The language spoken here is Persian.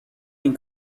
این